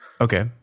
Okay